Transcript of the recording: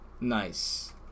Nice